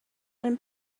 and